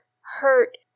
hurt